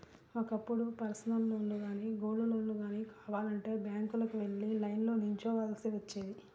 ఒకప్పుడు పర్సనల్ లోన్లు గానీ, గోల్డ్ లోన్లు గానీ కావాలంటే బ్యాంకులకు వెళ్లి లైన్లో నిల్చోవాల్సి వచ్చేది